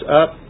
up